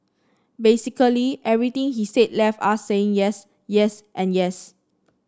basically everything he said left us saying yes yes and yes